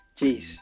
Jeez